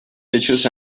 hechos